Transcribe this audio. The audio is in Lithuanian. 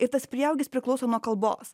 ir tas prieaugis priklauso nuo kalbos